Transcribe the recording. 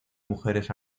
mujeres